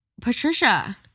Patricia